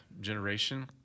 generation